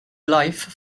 life